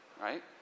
right